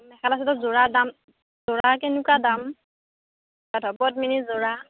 মেখেলা চাদৰৰ যোৰাৰ দাম যোৰাৰ কেনেকুৱা দাম হ'ব পদ্মিনী যোৰা